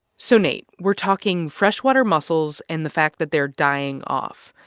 so nate, we're talking freshwater mussels and the fact that they're dying off.